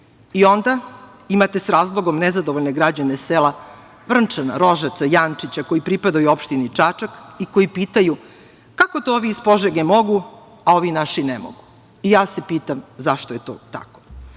Onda imate sa razlogom nezadovoljne građane sela Vrnčan, Rožace, Jančića, koji pripadaju opštini Čačak i koji pitaju, kako to ovi iz Požege mogu, a ovi naši ne mogu?I ja se pitam zašto je to tako? Zato